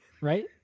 right